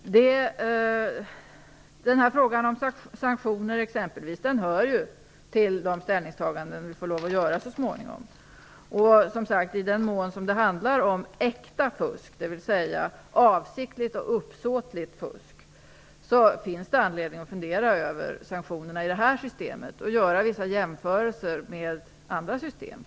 Frågan om sanktioner exempelvis hör ju till de ställningstaganden som vi så småningom kommer att få göra. Som sagt, i den mån det handlar om äkta fusk, dvs. avsiktligt och uppsåtligt fusk, finns det anledning att fundera över sanktionerna i detta system och att göra vissa jämförelser med andra system.